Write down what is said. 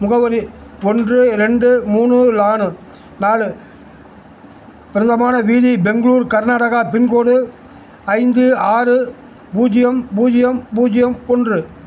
முகவரி ஒன்று ரெண்டு மூணு லானு நாலு பிரதமான வீதி பெங்களூர் கர்நாடகா பின்கோடு ஐந்து ஆறு பூஜ்ஜியம் பூஜ்ஜியம் பூஜ்ஜியம் ஒன்று